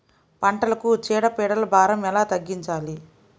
పంటలకు చీడ పీడల భారం ఎలా తగ్గించాలి?